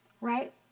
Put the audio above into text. right